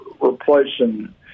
replacing